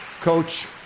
Coach